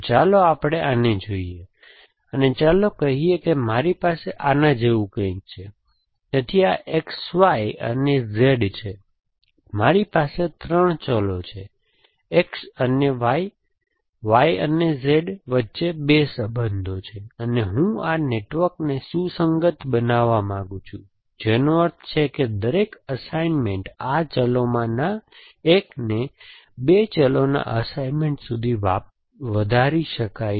ચાલો આપણે આને જોઈએ અને ચાલો કહીએ કે મારી પાસે આના જેવું કંઈક છે તેથી આ XY અને Z છે તેથી મારી પાસે 3 ચલ છે X અને Y Y અને Z વચ્ચે 2 સંબંધો છે અને હું આ નેટવર્કને સુસંગત બનાવવા માંગું છું જેનો અર્થ છે કે દરેક અસાઇનમેન્ટ આ ચલોમાંના એકને 2 ચલોની અસાઇનમેન્ટ સુધી વધારી શકાય છે